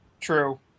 True